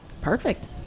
Perfect